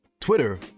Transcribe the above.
Twitter